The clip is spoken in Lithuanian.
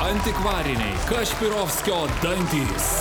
antikvariniai kašpirovskio dantys